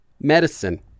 medicine